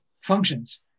functions